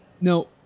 No